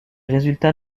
résultats